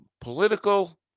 political